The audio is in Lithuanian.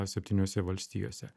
septyniose valstijose